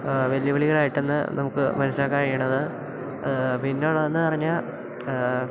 വെല്ലുവിളികളായിട്ടെന്ന് നമുക്ക് മനസ്സിലാക്കാൻ കഴിയണത് പിന്നെയുള്ളതെന്നു പറഞ്ഞാൽ